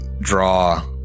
draw